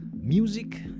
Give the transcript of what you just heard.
Music